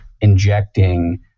injecting